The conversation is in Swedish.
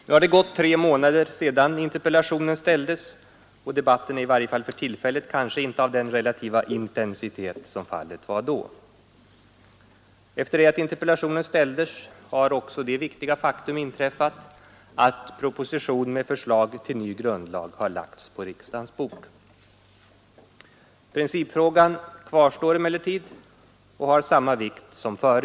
Nu har tre månader gått sedan interpellationen ställdes, och debatten är i varje fall för tillfället kanske inte av den relativa intensitet som fallet var då. Efter det att interpellationen ställdes har också det viktiga faktum inträffat att proposition med förslag till ny grundlag lagts på riksdagens bord. Principfrågan kvarstår emellertid och har samma vikt som förut.